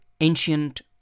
ancient